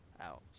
out